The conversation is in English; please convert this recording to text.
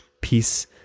peace